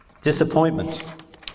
Disappointment